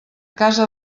casa